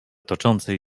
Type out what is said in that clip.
toczącej